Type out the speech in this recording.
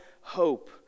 hope